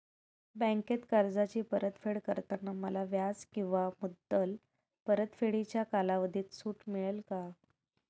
बँकेत कर्जाची परतफेड करताना मला व्याज किंवा मुद्दल परतफेडीच्या कालावधीत सूट मिळेल का?